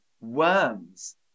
worms